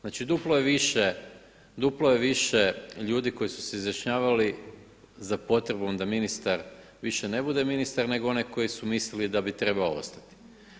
Znači duplo je više, duplo je više ljudi koji su se izjašnjavali za potrebom da ministar više ne bude ministar nego oni koji su mislili da bi trebao ostati.